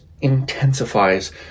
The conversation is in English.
intensifies